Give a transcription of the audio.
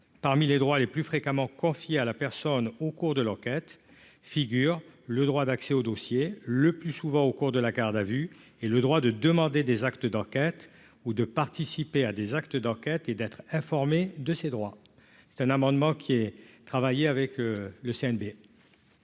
parmi les droits les plus fréquemment confiés à la personne au cours de l'enquête, figure le droit d'accès au dossier, le plus souvent au cours de la garde à vue et le droit de demander des actes d'enquête ou de participer à des actes d'enquête et d'être informé de ses droits, c'est un amendement qui est travaillé avec le CNPF.